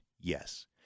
Yes